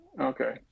Okay